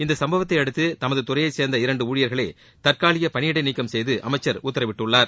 இச்சும்பவத்தை அடுத்து தனது துறையை சேர்ந்த இரண்டு ஊழியர்களை தற்காலிக பணியிடை நீக்கம் செய்து அமைச்சர் உத்தரவிட்டுள்ளார்